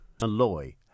Aloy